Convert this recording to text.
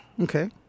Okay